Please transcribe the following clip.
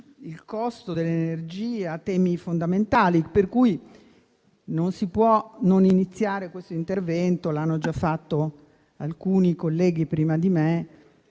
il costo dell'energia. Sono temi fondamentali, per cui non si può non iniziare questo intervento - come hanno già fatto alcuni colleghi prima di me,